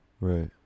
Right